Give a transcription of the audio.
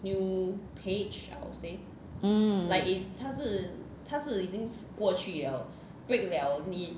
mm